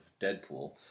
Deadpool